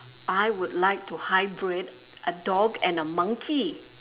I would like to hybrid a dog and a monkey